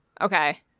okay